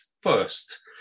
first